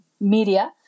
media